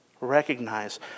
recognize